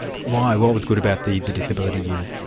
why? what was good about the the disability unit?